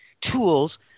tools